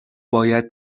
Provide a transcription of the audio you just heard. باید